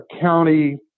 county